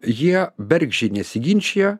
jie bergždžiai nesiginčija